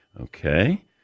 Okay